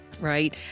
right